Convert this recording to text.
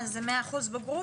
מה זה 100% בגרות?